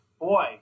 boy